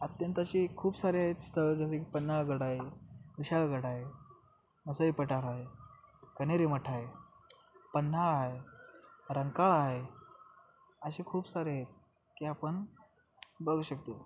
अत्यंत अशी खूप सारे आहेत स्थळं जसे क पन्हाळगड आहे विशाळगड आहे मसाई पठार आहे कण्हेरी मठ आहे पन्हाळा आहे रंकाळ आहे असे खूप सारे आहे की आपण बघू शकतो